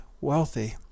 wealthy